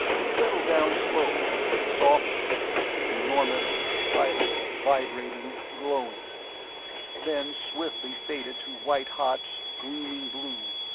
it settled down slowly, softly enormous, silent, vibrating, glowing then swiftly faded to white-hot, gleaming blue,